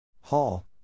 Hall